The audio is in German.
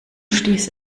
stieß